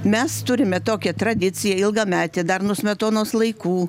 mes turime tokią tradiciją ilgametę dar nuo smetonos laikų